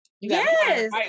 Yes